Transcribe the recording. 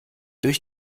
durch